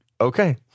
Okay